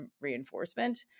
reinforcement